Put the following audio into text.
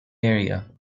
area